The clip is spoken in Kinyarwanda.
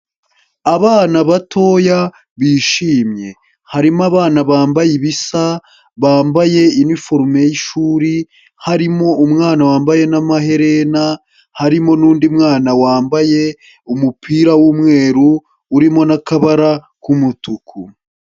Abana batoya, bishimye. Harimo abana bambaye ibisa, bambaye iniforume y'ishuri, harimo umwana wambaye n'amaherena, harimo n'undi mwana wambaye umupira w'umweru urimo n'akabara k'umutuku.